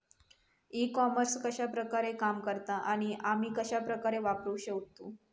E commerce कश्या प्रकारे काम करता आणि आमी कश्या प्रकारे वापराक शकतू?